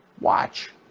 Watch